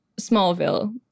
Smallville